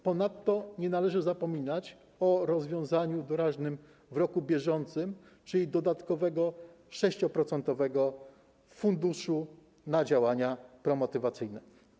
Ponadto nie należy zapominać o rozwiązaniu doraźnym w roku bieżącym, czyli dodatkowym 6-procentowym funduszu na działania promotywacyjne.